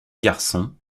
garçons